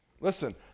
Listen